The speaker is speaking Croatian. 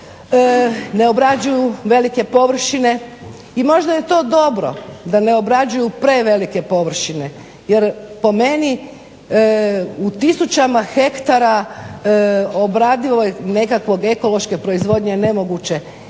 ne obrađuju velike površine i možda je to dobro da ne obrađuju prevelike površine jer po meni u tisućama hektara obradive nekakve ekološke proizvodnje je nemoguće.